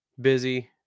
busy